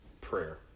prayer